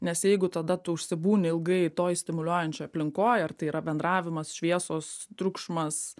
nes jeigu tada tu užsibūni ilgai toj stimuliuojančioj aplinkoj ar tai yra bendravimas šviesos triukšmas